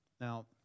Now